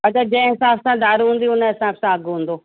अच्छा जंहिं हिसाब सां दारू हूंदी हुन हिसाब सां अघु हूंदो